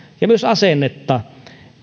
ja myös asennetta